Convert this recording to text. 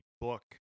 book